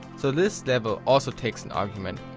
so this level also takes an argument,